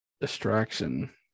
distraction